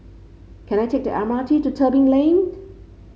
can I take the M R T to Tebing Lane